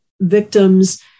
victims